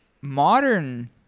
Modern